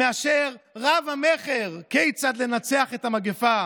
מאשר רב המכר "כיצד לנצח את המגפה".